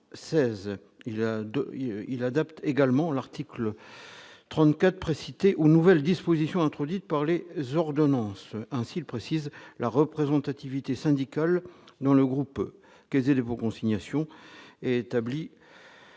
Il adapte également cet article 34 aux nouvelles dispositions introduites par les ordonnances. Ainsi, il précise que la représentativité syndicale dans le groupe Caisse des dépôts et consignations est établie